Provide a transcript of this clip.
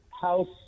house